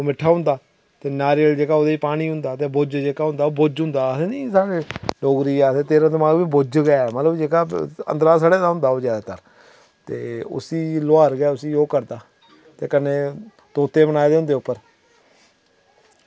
मिट्ठा होंदा ते नारियल जेह्का ओह्दे ई पानी होंदा ते भूज्ज जेह्का होंदा ओह् भूज्ज होंदा आक्खदे निं साढ़े डोगरी च आक्खदे तेरा दमाग बी भूज्ज गै मतलब जेह्का अंदरा दा सड़े दा होंदा ओह् जैदातर ते उस्सी लोहार गै उस्सी ओह् करदा ते कन्नै तोते बनाये दे होंदे उप्पर